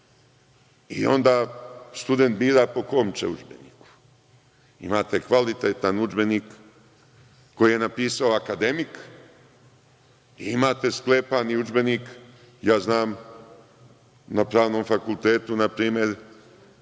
i onda student bira po kom će udžbeniku. Imate kvalitetan udžbenik koji je napisao akademik i imate sklepani udžbenik. Ja znam na Pravnom fakultetu, na primer